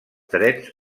drets